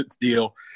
deal